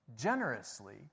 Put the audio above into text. generously